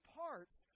parts